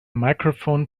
microphone